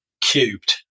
cubed